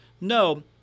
No